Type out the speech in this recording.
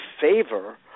favor